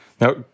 now